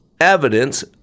evidence